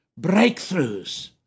Breakthroughs